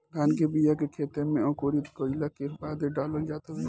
धान के बिया के खेते में अंकुरित कईला के बादे डालल जात हवे